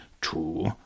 two